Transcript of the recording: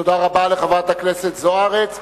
תודה רבה לחברת הכנסת זוארץ.